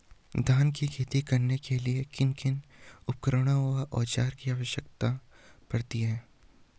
धान की खेती करने के लिए किन किन उपकरणों व औज़ारों की जरूरत पड़ती है?